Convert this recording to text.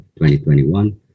2021